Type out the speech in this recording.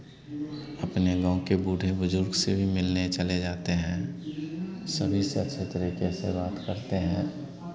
अपने गाँव के बूढ़े बुज़ुर्ग से भी मिलने चले जाते हैं सभी से अच्छे तरीके से बात करते हैं